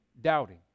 doubting